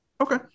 Okay